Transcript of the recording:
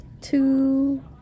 Two